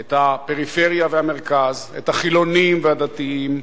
את הפריפריה והמרכז, את החילונים והדתיים,